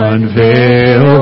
Unveil